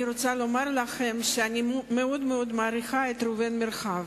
אני רוצה לומר לכם שאני מאוד מאוד מעריכה את ראובן מרחב,